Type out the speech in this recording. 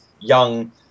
young